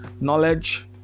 knowledge